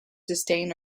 disdain